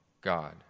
God